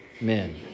men